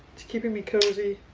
it's keeping me cozy